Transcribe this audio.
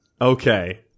Okay